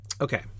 Okay